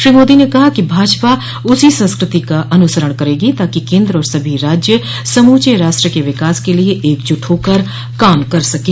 श्री मोदी ने कहा कि भाजपा उसी संस्कृति का अनुसरण करेगी ताकि केंद्र और सभी राज्य समूचे राष्ट्र के विकास के लिए एकजुट होकर काम कर सकें